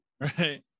right